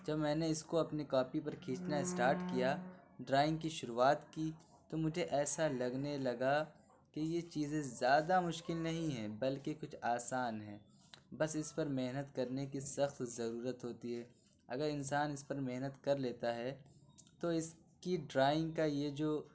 جب میں نے اِس کو اپنی کاپی پر کھینچنا اسٹارٹ کیا ڈرائنگ کی شروعات کی تو مجھے ایسا لگنے لگا کہ یہ چیزیں زیادہ مشکل نہیں ہیں بلکہ کچھ آسان ہیں بس اِس پر محنت کرنے کی سخت ضرورت ہوتی ہے اگر انسان اِس پر محنت کر لیتا ہے تو اِس کی ڈرائنگ کا یہ جو